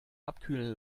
abkühlen